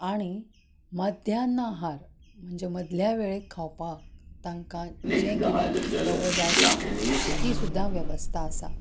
आनी मद्यान आहार म्हणजे मदले वेळेक खावपाक तांकां जें कितें डबो जाय पडटा ती सुद्दां वेवस्था आसा